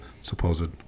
supposed